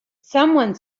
someone